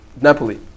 Napoli